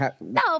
No